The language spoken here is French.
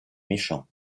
méchants